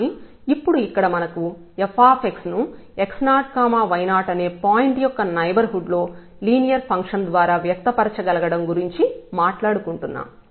కానీ ఇప్పుడు ఇక్కడ మనం f ను x0 y0 అనే పాయింట్ యొక్క నైబర్హుడ్ లో లీనియర్ ఫంక్షన్ ద్వారా వ్యక్తపరచగలగడం గురించి మాట్లాడుకుంటున్నాం